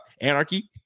Anarchy